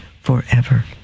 forever